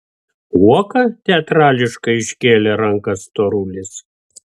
uoka teatrališkai iškėlė rankas storulis